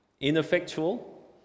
ineffectual